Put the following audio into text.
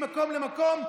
ממקום למקום,